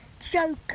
Joker